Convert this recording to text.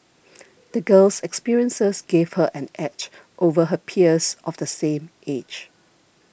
the girl's experiences gave her an edge over her peers of the same age